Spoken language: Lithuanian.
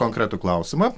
konkretų klausimą